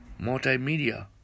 multimedia